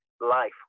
life